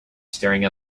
staring